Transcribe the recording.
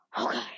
Okay